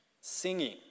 singing